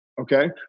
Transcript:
Okay